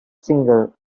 single